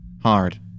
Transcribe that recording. hard